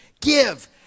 give